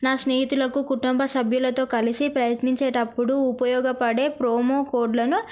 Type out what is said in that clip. నా స్నేహితులకు కుటుంబ సభ్యులతో కలిసి ప్రయత్నించేటప్పుడు ఉపయోగపడే ప్రోమో కోడ్లను